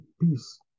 peace